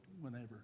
whenever